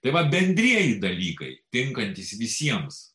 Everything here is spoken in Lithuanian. tai va bendrieji dalykai tinkantys visiems